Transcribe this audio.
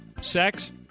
Sex